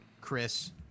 Chris